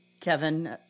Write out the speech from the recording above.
Kevin